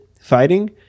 fighting